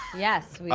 yes, we